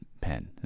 pen